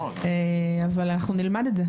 אבל נלמד את זה.